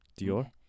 Dior